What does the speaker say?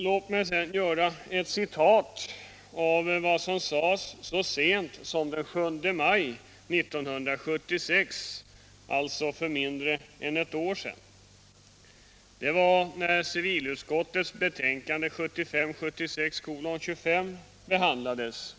Låt mig sedan göra ett citat av vad som sades så sent som den 7 maj 1976, alltså för mindre än ett år sedan. Det var när civilutskottets betänkande 1975/76:25 behandlades.